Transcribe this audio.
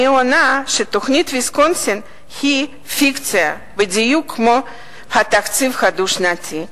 אני עונה שתוכנית ויסקונסין היא פיקציה בדיוק כמו התקציב הדו-שנתי.